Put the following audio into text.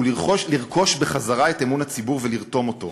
הוא לרכוש חזרה את אמון הציבור ולרתום אותו,